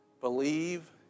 believe